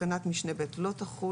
כך שעד עכשיו,